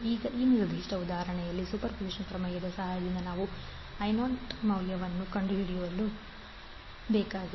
ಈಗ ಈ ನಿರ್ದಿಷ್ಟ ಉದಾಹರಣೆಯಲ್ಲಿ ಸೂಪರ್ಪೋಸಿಷನ್ ಪ್ರಮೇಯದ ಸಹಾಯದಿಂದ ನಾವು I0ಮೌಲ್ಯವನ್ನು ಕಂಡುಹಿಡಿಯಬೇಕಾಗಿದೆ